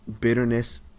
Bitterness